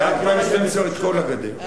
2012 את כל הגדר.